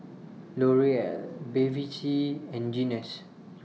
L'Oreal Bevy C and Guinness